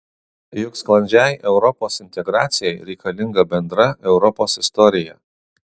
juk sklandžiai europos integracijai reikalinga bendra europos istorija